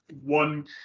one